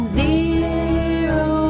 zero